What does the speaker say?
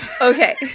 Okay